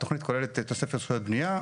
התכנית כוללת תוספת זכויות בנייה,